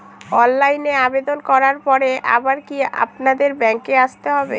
অনলাইনে আবেদন করার পরে আবার কি আপনাদের ব্যাঙ্কে আসতে হবে?